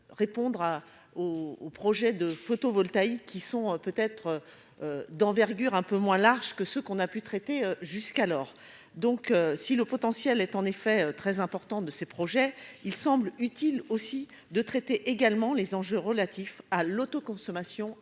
répondre à au au projet de photovoltaïque qui sont peut être d'envergure, un peu moins large que ce qu'on a pu traiter jusqu'alors donc, si le potentiel est en effet très important de ces projets, il semble utile aussi de traiter également les enjeux relatifs à l'autoconsommation